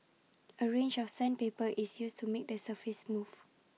A range of sandpaper is used to make the surface smooth